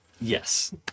Yes